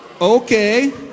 okay